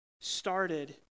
started